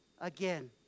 again